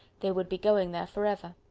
they would be going there forever.